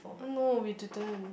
oh no we didn't